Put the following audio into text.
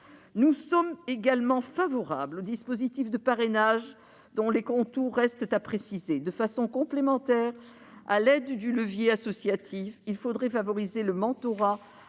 Nous sommes également favorables au dispositif de parrainage, dont les contours restent à préciser. De façon complémentaire, à l'aide du levier associatif, il faudrait favoriser le mentorat